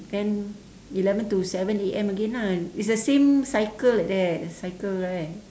then eleven to seven A_M again lah it's the same cycle like that cycle right